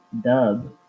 dub